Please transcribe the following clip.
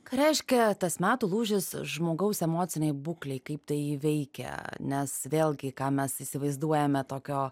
ką reiškia tas metų lūžis žmogaus emocinei būklei kaip tai jį veikia nes vėlgi ką mes įsivaizduojame tokio